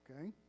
Okay